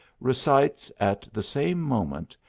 re cites, at the same moment,